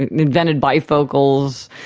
and and invented bifocals,